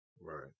Right